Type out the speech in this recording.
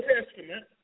Testament